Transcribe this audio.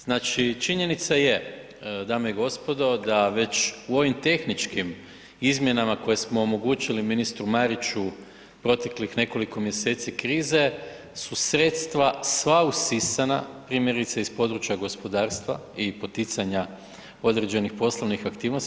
Znači, činjenica je dame i gospodo da već u ovim tehničkim izmjenama koje smo omogućili ministru Mariću proteklih nekoliko mjeseci krize su sredstva sva usisana primjerice iz područja gospodarstva i poticanja određenih poslovnih aktivnosti.